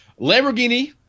lamborghini